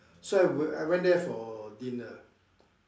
so I went I went there for dinner